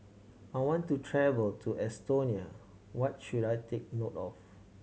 I want to travel to Estonia what should I take note of